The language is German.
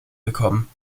bekommen